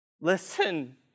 Listen